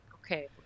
okay